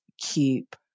keep